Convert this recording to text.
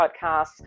Podcasts